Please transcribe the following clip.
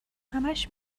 همش